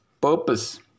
purpose